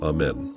Amen